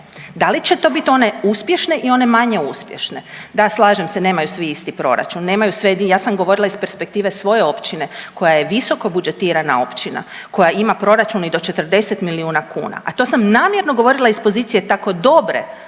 Da li će to biti one uspješne i one manje uspješne? Da slažem se nemaju svi isti proračun, nemaju sve, ja sam govorila iz perspektive svoje općine koja je visoko budžetirana općina, koja ima proračun i do 40 miliona kuna, a to sam namjerno govorila iz pozicije tako dobre